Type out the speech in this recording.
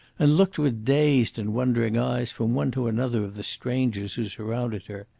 and looked with dazed and wondering eyes from one to another of the strangers who surrounded her.